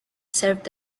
served